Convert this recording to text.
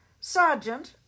Sergeant